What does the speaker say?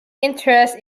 interest